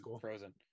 Frozen